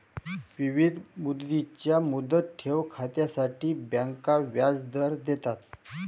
विविध मुदतींच्या मुदत ठेव खात्यांसाठी बँका व्याजदर देतात